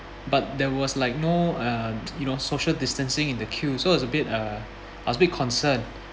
but there was like no uh you know social distancing in the queue so it's a bit uh a bit concern